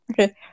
Okay